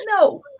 No